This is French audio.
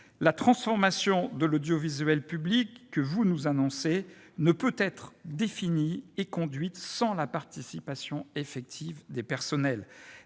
la transformation de l'audiovisuel public que vous annoncez ne peut être définie ni conduite sans la participation effective des personnels.